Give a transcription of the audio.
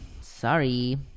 Sorry